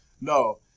no